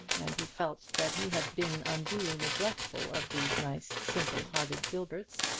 and he felt that he had been unduly neglectful of these nice simple-hearted gilberts,